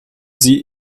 sie